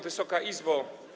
Wysoka Izbo!